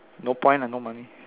no point lah no money